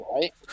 right